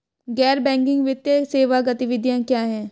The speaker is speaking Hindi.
गैर बैंकिंग वित्तीय सेवा गतिविधियाँ क्या हैं?